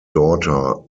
daughter